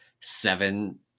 seven